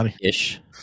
ish